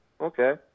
Okay